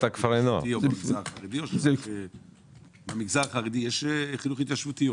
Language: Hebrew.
במגזר החרדי יש חינוך התיישבותי?